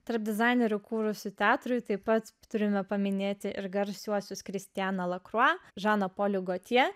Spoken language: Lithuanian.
tarp dizainerių kūrusių teatrui taip pat turime paminėti ir garsiuosius kristianą lakruo žaną polį gotjė